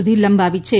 સુધી લંબાવી છે